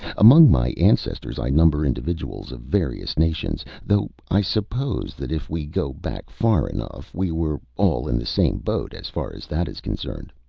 among my ancestors i number individuals of various nations, though i suppose that if we go back far enough we were all in the same boat as far as that is concerned.